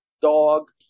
Dog